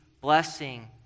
blessing